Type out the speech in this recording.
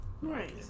Right